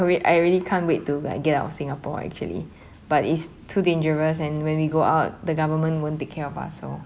wait I really can't wait to like get out of singapore actually but it's too dangerous and when we go out the government won't take care of us so